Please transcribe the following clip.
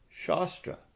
Shastra